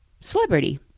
celebrity